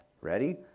Ready